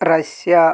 Russia